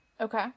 Okay